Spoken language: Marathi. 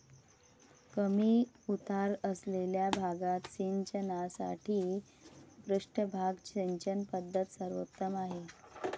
कमी उतार असलेल्या भागात सिंचनासाठी पृष्ठभाग सिंचन पद्धत सर्वोत्तम आहे